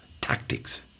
tactics